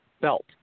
belt